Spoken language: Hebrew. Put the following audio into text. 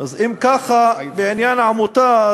אז אם ככה בעניין עמותה,